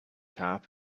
top